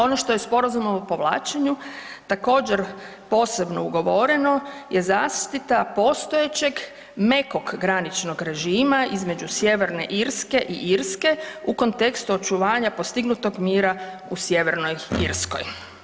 Ono što je Sporazumom o povlačenju također posebno ugovoreno je zaštita postojećeg mekog graničnog režima između Sjeverne Irske i Irske u kontekstu očuvanja postignutog mira u Sjevernoj Irskoj.